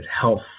health